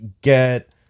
get